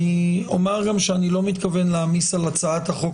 אני אומר גם שאני לא מתכוון להעמיס על הצעת החוק